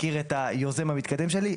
תכיר את היוזם המתקדם שלי,